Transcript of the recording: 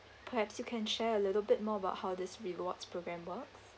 perhaps you can share a little bit more about how this rewards program works